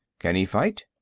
can he fight?